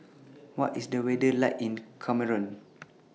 What IS The weather like in Cameroon